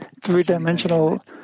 three-dimensional